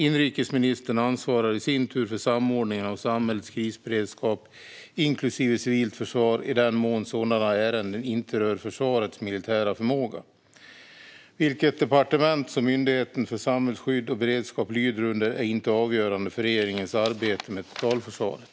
Inrikesministern ansvarar i sin tur för samordningen av samhällets krisberedskap, inklusive civilt försvar i den mån sådana ärenden inte rör försvarets militära förmåga. Vilket departement som Myndigheten för samhällsskydd och beredskap lyder under är inte avgörande för regeringens arbete med totalförsvaret.